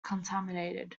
contaminated